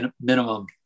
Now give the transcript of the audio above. minimum